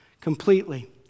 Completely